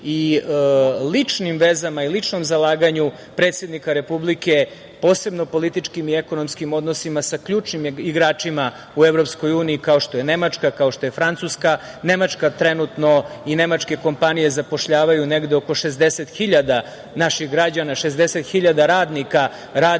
i ličnim vezama i ličnom zalaganju predsednika Republike, posebno političkim i ekonomskom odnosima sa ključnim igračima u EU, kao što je Nemačka, kao što je Francuska, jer Nemačka i nemačke kompanije zapošljavaju negde oko 60.000 naših građana, 60.000 radnika radi